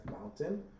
Mountain